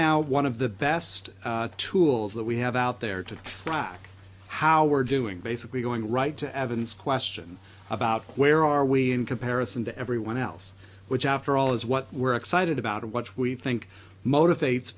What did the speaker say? now one of the best tools that we have out there to track how we're doing basically going right to evidence question about where are we in comparison to everyone else which after all is what we're excited about to watch we think motivates